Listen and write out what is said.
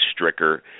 Stricker